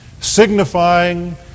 signifying